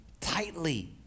tightly